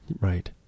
Right